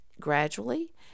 gradually